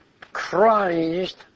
Christ